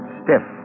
stiff